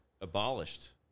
abolished